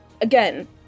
Again